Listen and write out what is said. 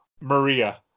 Maria